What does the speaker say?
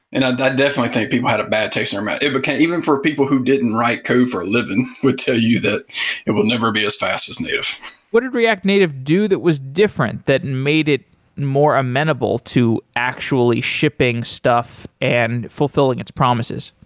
and and definitely think people had a bad taste um ah in but even for people who didn't write code for a living would tell you that it will never be as fast as native what did react native do that was different that made it more amenable to actually shipping stuff and fulfilling its promises?